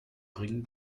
bringen